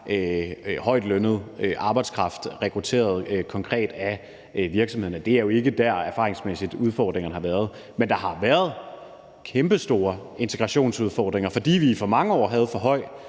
højtlønnet arbejdskraft rekrutteret konkret af virksomhederne. Det er jo ikke der, udfordringerne erfaringsmæssigt har været. Men der har været kæmpestore integrationsudfordringer, fordi vi i for mange år havde for